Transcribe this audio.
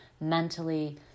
mentally